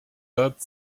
that